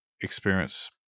experience